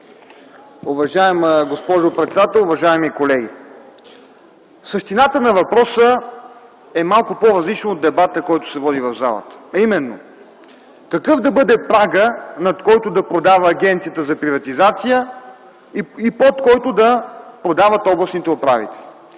Уважаема госпожо председател, уважаеми колеги! Същината на въпроса е малко по-различна от дебата, който се води в залата, а именно какъв да бъде прагът, над който да продава Агенцията за приватизация и под който да продават областните управители.